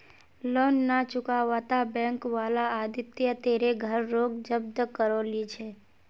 loan ना चुकावाता bank वाला आदित्य तेरे घर रोक जब्त करो ली छे